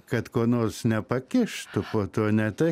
kad ko nors nepakištų po to ne tai